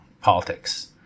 politics